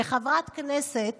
כחברת כנסת